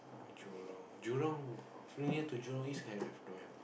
jurong jurong oh here to jurong East can have don't have ah